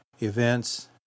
events